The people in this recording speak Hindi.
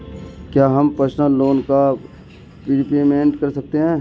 क्या हम पर्सनल लोन का प्रीपेमेंट कर सकते हैं?